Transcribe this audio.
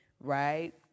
right